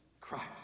Christ